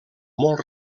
molt